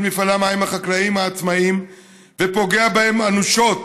מפעלי המים החקלאיים העצמאיים ופוגע בהם אנושות,